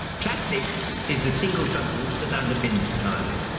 plastic is a single substance that underpins society.